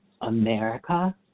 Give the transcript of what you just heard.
America